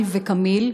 אהיל וכמיל,